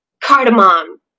cardamom